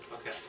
Okay